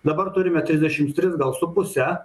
dabar turime trisdešims tris gal su puse